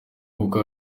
kuko